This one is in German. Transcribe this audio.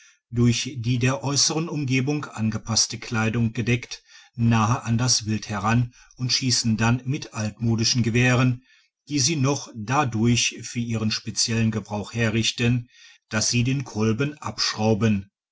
durch die der äusseren umgebung angepasste kleidung gedeckt nahe an das wild heran und schiessen dann mit altmodischen gewehren die sie noch dadurch für ihren speziellen gebrauch herrichten dass sie den kolben abschrauben